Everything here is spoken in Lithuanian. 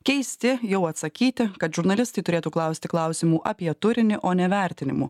keisti jau atsakyti kad žurnalistai turėtų klausti klausimų apie turinį o ne vertinimų